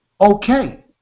okay